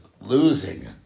losing